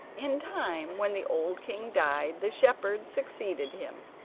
in time, when the old king died, the shepherd succeeded him.